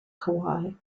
kauai